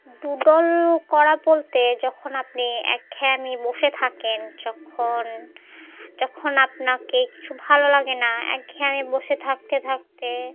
doodle করা বলতে যখন আপনি একঘেয়ে বসে থাকেন যখন যখন আপনাকে কিছু ভালো লাগে না একঘেয়ে বসে থাকতে থাকতে